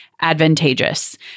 advantageous